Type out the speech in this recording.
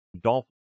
Dolph